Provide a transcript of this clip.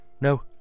No